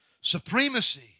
supremacy